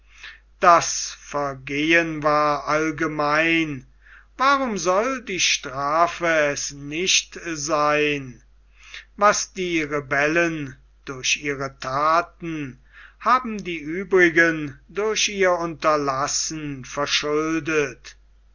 das vergehen war allgemein warum soll die strafe es nicht sein was die rebellen durch ihre thaten haben die uebrigen durch ihr unterlassen verschuldet